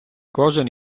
кожен